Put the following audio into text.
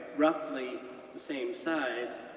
roughly the same size,